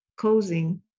causing